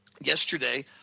yesterday